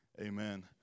Amen